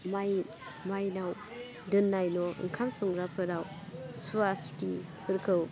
माइ माइनाव दोन्नाय न' ओंखाम संग्राफोराव सुवा सुथिफोरखौ